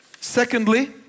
Secondly